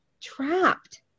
trapped